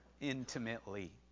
intimately